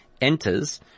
enters